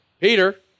Peter